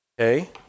Okay